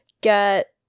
get